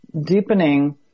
deepening